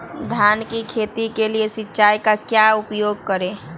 धान की खेती के लिए सिंचाई का क्या उपयोग करें?